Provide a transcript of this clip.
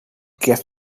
gift